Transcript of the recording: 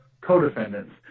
co-defendants